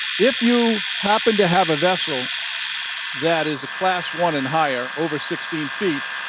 if you happen to have a vessel that is a class one and higher, over sixteen feet,